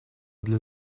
для